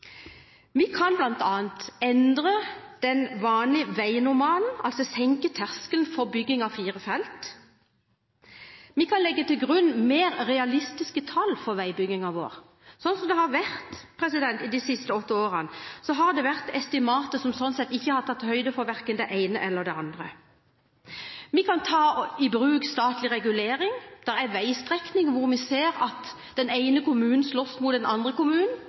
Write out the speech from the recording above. endre den vanlige veinormalen, altså senke terskelen for bygging av fire felt. Vi kan legge til grunn mer realistiske tall for veibyggingen vår. Slik det har vært de siste åtte årene, har estimatene verken tatt høyde for det ene eller det andre. Vi kan ta i bruk statlig regulering. Det er veistrekninger der vi ser at den ene kommunen slåss mot den andre kommunen,